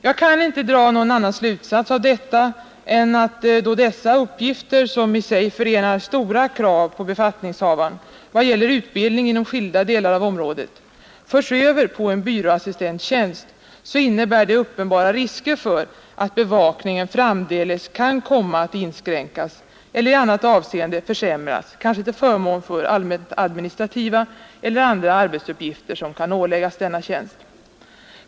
Jag kan inte dra någon annan slutsats av detta, än att då dessa uppgifter — som i sig förenar stora krav på befattningshavaren i vad 41 gäller utbildning inom skilda delar av området — förs över på en byråassistenttjänst, så innebär det uppenbara risker för att bevakningen framdeles kan komma att inskränkas eller i annat avseende försämras, kanske till förmån för allmänt administrativa eller andra arbetsuppgifter som kan åläggas denna tjänst.